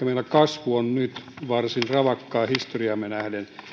meillä kasvu on nyt varsin ravakkaa historiaamme nähden